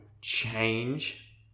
change